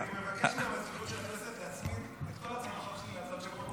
אני מבקש מהמזכירות של הכנסת להצמיד את כל הצעות החוק שלי להצעות,